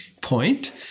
point